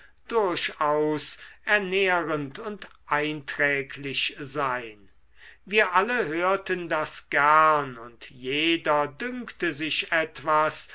durchaus ernährend und einträglich sein wir alle hörten das gern und jeder dünkte sich etwas